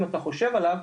אם אתה חושב עליו,